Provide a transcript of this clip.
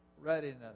readiness